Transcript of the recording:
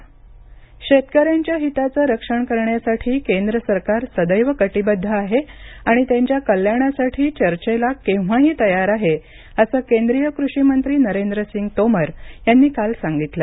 शेतकरी केंद्र सरकार शेतकऱ्यांच्या हिताचं रक्षण करण्यासाठी केंद्र सरकार सदैव कटिबद्ध आहे आणि त्यांच्या कल्याणासाठी चर्चेला केव्हाही तयार आहे असं केंद्रिय कृषीमंत्री नरेंद्रसिंग तोमर यांनी काल सांगितलं